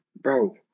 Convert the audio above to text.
bro